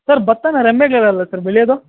sir ಭತ್ತನ ರೆಂಬೆಗಳಲ್ಲಲ್ಲಾ sir ಬೆಳೆಯೋದು